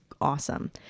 awesome